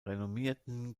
renommierten